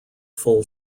full